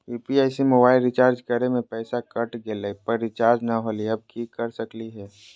UPI से mobile recharge करे में पैसा कट गेलई, पर रिचार्ज नई होलई, अब की कर सकली हई?